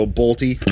bolty